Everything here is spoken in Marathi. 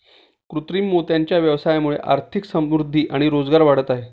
कृत्रिम मोत्यांच्या व्यवसायामुळे आर्थिक समृद्धि आणि रोजगार वाढत आहे